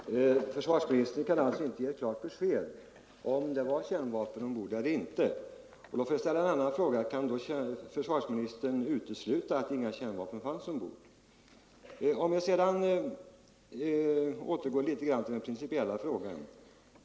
Fru talman! Försvarsministern kan inte ge något klart besked om huruvida man hade kärnvapen ombord i nämnda fartyg, och låt mig då ställa en annan fråga: Kan försvarsministern utesluta att man inte hade några kärnvapen ombord? Låt mig sedan återgå till den principiella frågan.